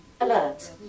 Alert